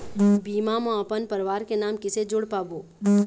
बीमा म अपन परवार के नाम किसे जोड़ पाबो?